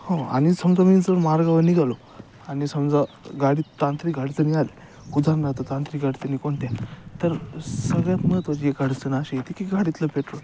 हो आणि समजा मी जर मार्गावर निघालो आणि समजा गाडीत तांत्रिक अडचणी आले उदाहरणार्थ तांत्रिक अडचणी कोणत्या तर सगळ्यात महत्त्वाची एक अडचण अशी येते की गाडीतलं पेट्रोल